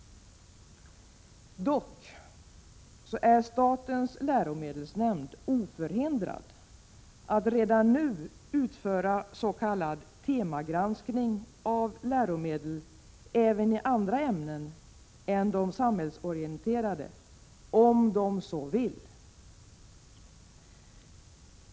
Dock är statens läromedelsnämnd oförhindrad att redan nu utföra s.k. temagranskning av läromedel även i andra ämnen än de samhällsorienterade, om man så vill.